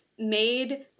Made